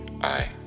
I